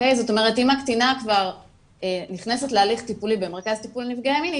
זאת אומרת אם הקטינה כבר נכנסת להליך טיפולי במרכז טיפול נפגעי מין,